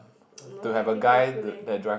no leh I think quite cool leh